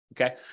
Okay